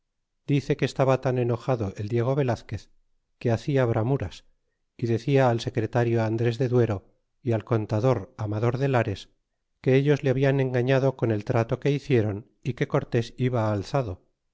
dice que estaba tan enojado el diego velazquez que hacia bramuras y decia al secretario andrgs de duero y al contador amador de lares que ellos le habian engañado por el trato que hici e ron y que cortés iba alzado